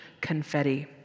confetti